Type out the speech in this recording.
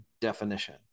definition